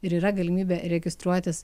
ir yra galimybė registruotis